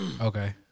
Okay